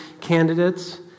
candidates